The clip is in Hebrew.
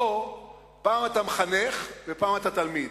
פה פעם אתה מחנך ופעם אתה תלמיד.